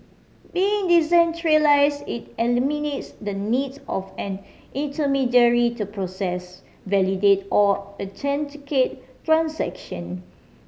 being decentralise it eliminates the needs of an intermediary to process validate or authenticate transaction